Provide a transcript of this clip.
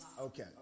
Okay